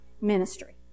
ministry